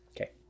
Okay